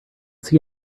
see